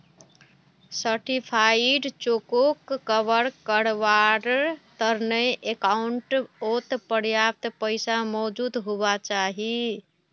certified चेकोक कवर कारवार तने अकाउंटओत पर्याप्त पैसा मौजूद हुवा चाहि